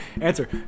answer